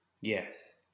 Yes